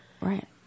right